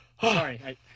Sorry